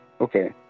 Okay